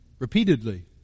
repeatedly